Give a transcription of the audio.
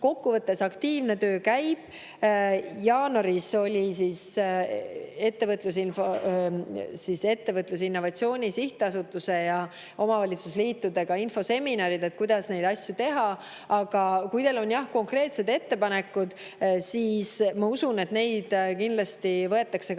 kokkuvõtteks, aktiivne töö käib. Jaanuaris olid Ettevõtluse ja Innovatsiooni Sihtasutuse ja omavalitsusliitude infoseminarid, [et selgitada,] kuidas neid asju teha. Kui teil on konkreetsed ettepanekud, siis ma usun, et neid kindlasti võetakse ka arvesse.